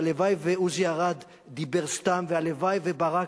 הלוואי שעוזי ארד דיבר סתם שהלוואי שברק